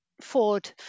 Ford